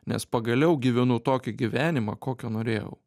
nes pagaliau gyvenu tokį gyvenimą kokio norėjau